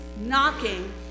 knocking